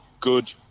good